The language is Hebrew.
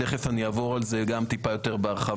תכף אני אעבור על זה גם טיפה יותר בהרחבה,